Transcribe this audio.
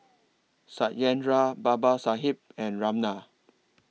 Satyendra Babasaheb and Ramnath